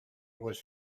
was